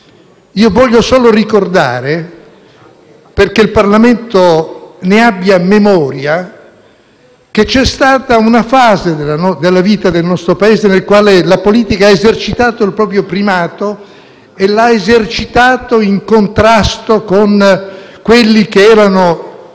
Vorrei solo ricordare, perché il Parlamento ne abbia memoria, che c'è stata una fase della vita del nostro Paese in cui la politica ha esercitato il proprio primato e lo ha fatto in contrasto con le indicazioni